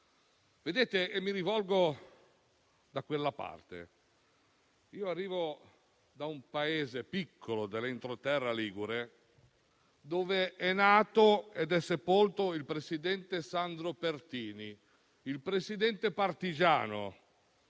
Vedete - mi rivolgo a quella parte - arrivo da un paese piccolo dell'entroterra ligure, dov'è nato e sepolto Sandro Pertini, il Presidente partigiano,